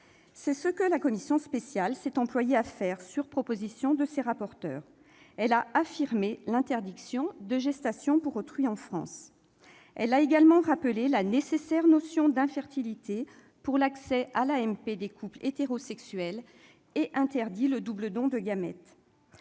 C'est ce que la commission spéciale s'est employée à faire, sur la proposition de ses rapporteurs : elle a affirmé l'interdiction de la gestation pour autrui en France. Elle a également rappelé la nécessaire notion d'infertilité pour l'accès à l'AMP des couples hétérosexuels et interdit le double don de gamètes.